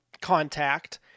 contact